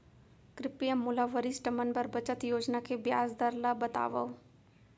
कृपया मोला वरिष्ठ मन बर बचत योजना के ब्याज दर ला बतावव